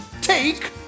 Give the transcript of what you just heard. Take